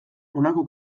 honako